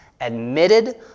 Admitted